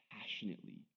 passionately